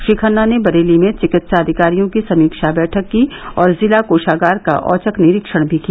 श्री खन्ना ने बरेली में चिकित्सा अधिकारियों की समीक्षा बैठक की और जिला कोषागार का औचक निरीक्षण भी किया